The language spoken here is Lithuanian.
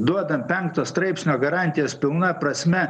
duodam penkto straipsnio garantijas pilna prasme